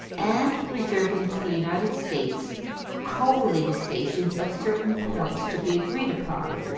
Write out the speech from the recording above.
and reserving to the united states coaling stations at certain points to be agreed upon.